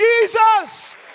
Jesus